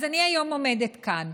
אז אני היום עומדת כאן,